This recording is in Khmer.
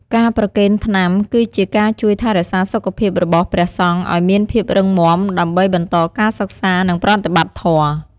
ការប្រគេនថ្នាំ គឺជាការជួយថែរក្សាសុខភាពរបស់ព្រះសង្ឃឱ្យមានភាពរឹងមាំ ដើម្បីបន្តការសិក្សា និងប្រតិបត្តិធម៌។